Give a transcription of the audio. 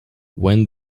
when